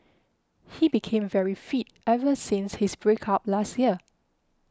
he became very fit ever since his break up last year